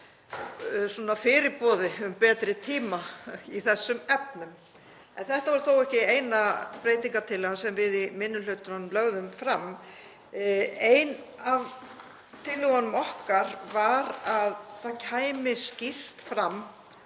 sé fyrirboði um betri tíma í þessum efnum. Þetta var þó ekki eina breytingartillagan sem við í minni hlutanum lögðum fram. Ein af tillögunum okkar var að það kæmi skýrt fram